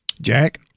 jack